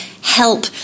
help